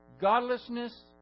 godlessness